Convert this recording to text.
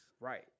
right